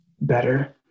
better